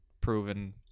proven